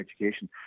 education